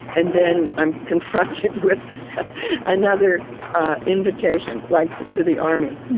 and then i'm confronted with another invitation, like to the army.